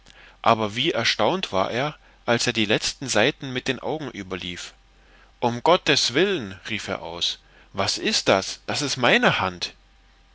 aber wie erstaunt war er als er die letzten seiten mit den augen überlief um gottes willen rief er aus was ist das das ist meine hand